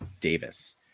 Davis